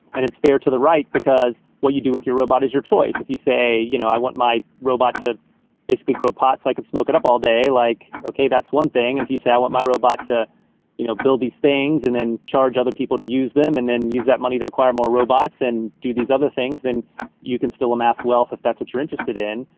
and it's fair to the right, because what you do with your robot is your choice. if you say, you know i want my robot to basically grow pot so i could smoke it up all day. like that's one thing. and if you say, i want my robot to you know build these things and then charge other people to use them and then use that money to acquire more robots and do these other things, then you can still amass wealth if that's what you're interested in.